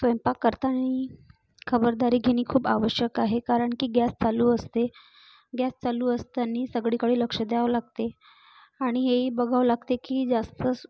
स्वयंपाक करतानी खबरदारी घेणे खूप आवश्यक आहे कारण की गॅस चालू असते गॅस चालू असतांनी सगळीकडे लक्ष द्यावं लागते आणि हेही बघावं लागते की जास्त